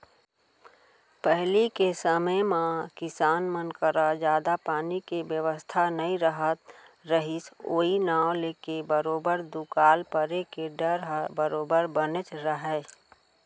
पहिली के समे म किसान मन करा जादा पानी के बेवस्था नइ रहत रहिस ओई नांव लेके बरोबर दुकाल परे के डर ह बरोबर बनेच रहय